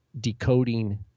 decoding